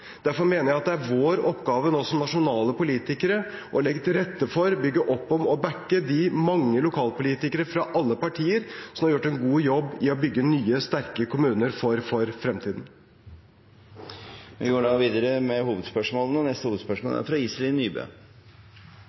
Derfor mener jeg at det er vår oppgave nå som nasjonale politikere å legge til rette for, bygge opp om og backe opp de mange lokalpolitikere fra alle partier som har gjort en god jobb i å bygge nye, sterke kommuner for fremtiden. Vi går da videre til neste hovedspørsmål. Menneskerettigheter er